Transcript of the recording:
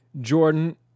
Jordan